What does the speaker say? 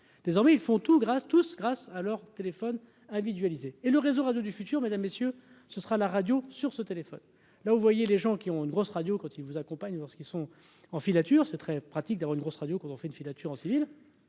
désormais, ils font tout grâce tous grâce à leur téléphone individualisé et le réseau radio du futur, mesdames, messieurs, ce sera la radio sur ce téléphone là où vous voyez les gens qui ont une grosse radio quand ils vous accompagnent pour ceux qui sont en filature, c'est très pratique dans une grosse radio quand on fait une filature en civil